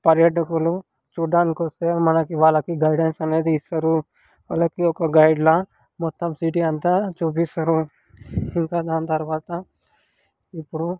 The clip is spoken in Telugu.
పర్యాటకులు చూడటానికి వస్తే మనకి వాళ్ళకి గైడెన్స్ అనేది ఇస్తారు వాళ్ళకి ఒక గైడ్లా మొత్తం సిటీ అంతా చూపిస్తారు ఇంకా దాని తరువాత ఇప్పుడు